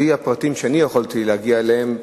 מהפרטים שאני יכולתי להגיע אליהם,